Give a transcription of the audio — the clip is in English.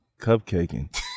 cupcaking